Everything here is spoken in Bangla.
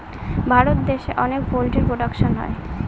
ভারত দেশে অনেক পোল্ট্রি প্রোডাকশন হয়